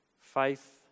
Faith